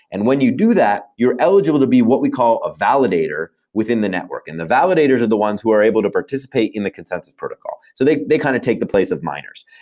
and when you do that, you are eligible to be what we call a validator within the network. and the validators are the ones who are able to participate in the consensus protocol. so they they kind of take the place of miners.